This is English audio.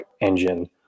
engine